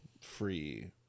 free